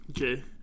Okay